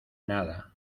nada